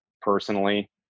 personally